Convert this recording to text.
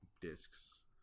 discs